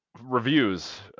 Reviews